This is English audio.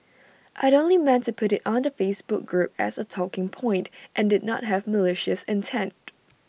I'd only meant to put IT on the Facebook group as A talking point and did not have malicious intent